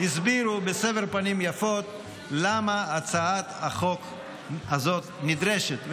הסבירו בסבר פנים יפות למה הצעת החוק הזאת נדרשת.